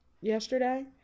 yesterday